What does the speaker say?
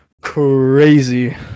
crazy